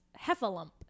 Heffalump